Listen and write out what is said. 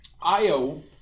Io